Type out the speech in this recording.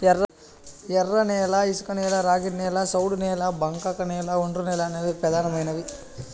ఎర్రనేల, ఇసుకనేల, ర్యాగిడి నేల, సౌడు నేల, బంకకనేల, ఒండ్రునేల అనేవి పెదానమైనవి